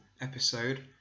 episode